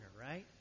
right